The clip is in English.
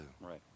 Right